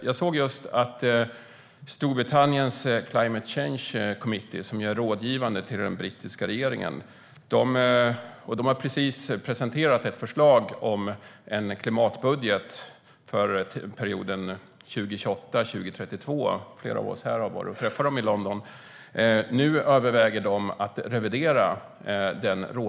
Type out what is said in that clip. Jag såg just att Storbritanniens Committee on Climate Change, som är rådgivare till den brittiska regeringen - flera av oss här i kammaren har träffat dem i London - nu överväger att revidera det förslag om klimatbudget för perioden 2028-2032 som de precis har presenterat.